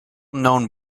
known